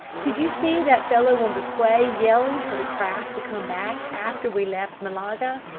did you see that fellow on the quay yelling for the craft to come back after we left malaga?